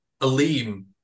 Aleem